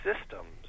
systems